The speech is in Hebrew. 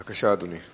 בבקשה, אדוני.